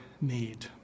need